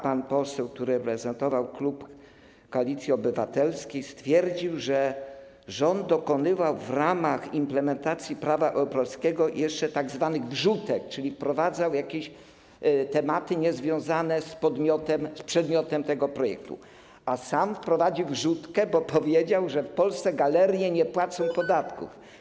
Pan poseł, który reprezentował klub Koalicji Obywatelskiej, stwierdził, że rząd dokonywał w ramach implementacji prawa europejskiego jeszcze tzw. wrzutek, czyli wprowadzał jakieś tematy niezwiązane z przedmiotem tego projektu, ale sam wprowadził wrzutkę, bo powiedział, że w Polsce galerie nie płacą podatków.